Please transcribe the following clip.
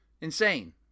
Insane